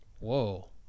Whoa